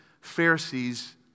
Pharisees